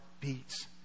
beats